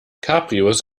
cabrios